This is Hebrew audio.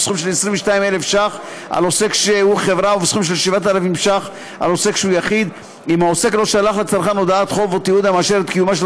מוצע לחייב את העוסק לשלוח את הודעת החוב לצרכן בעצמו,